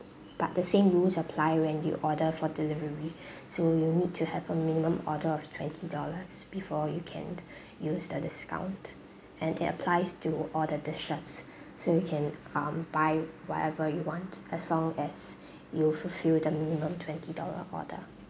but the same rules apply when you order for delivery so you'll need to have a minimum order of twenty dollars before you can use the discount and it applies to all the dishes so you can um buy whatever you want as long as you fulfil the minimum twenty dollar order